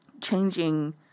changing